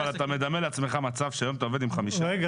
אבל אתה מדמה לעצמך מצב שהיום אתה עובד עם --- רגע,